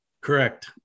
Correct